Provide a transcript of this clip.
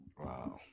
Wow